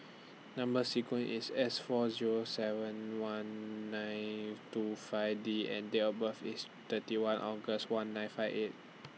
Number sequence IS S four Zero seven one nine two five D and Date of birth IS thirty one August one nine five eight